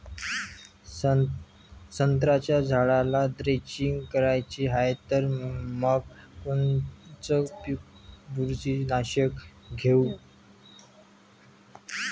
संत्र्याच्या झाडाला द्रेंचींग करायची हाये तर मग कोनच बुरशीनाशक घेऊ?